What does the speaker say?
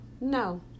no